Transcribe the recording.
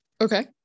Okay